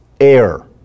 Air